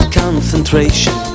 concentration